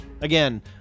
Again